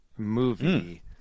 movie